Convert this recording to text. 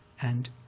and